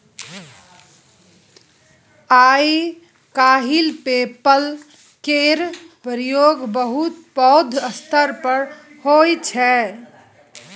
आइ काल्हि PayPal केर प्रयोग बहुत पैघ स्तर पर होइ छै